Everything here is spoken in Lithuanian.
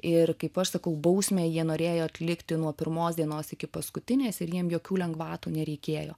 ir kaip aš sakau bausmę jie norėjo atlikti nuo pirmos dienos iki paskutinės ir jiem jokių lengvatų nereikėjo